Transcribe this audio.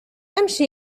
أمشي